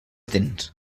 dents